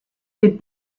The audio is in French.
des